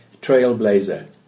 trailblazer